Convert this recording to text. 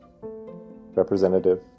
representative